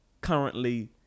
currently